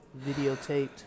videotaped